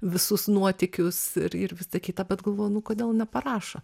visus nuotykius ir ir visa kita bet galvoju nu kodėl neparašo